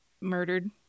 murdered